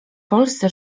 polsce